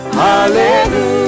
hallelujah